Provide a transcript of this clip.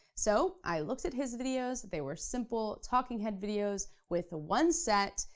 so i looked at his videos, they were simple talking head videos with ah one set,